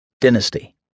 Dynasty